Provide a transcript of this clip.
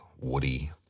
Woody